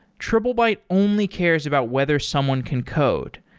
triplebyte only cares about whether someone can code.